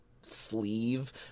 sleeve